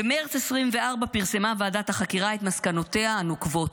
במרץ 24 פרסמה ועדת החקירה את מסקנותיה הנוקבות,